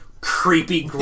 creepy